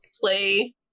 play